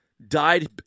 Died